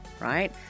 right